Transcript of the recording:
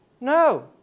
No